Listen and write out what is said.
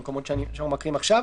המקומות שאנחנו מקריאים עכשיו.